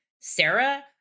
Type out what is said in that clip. Sarah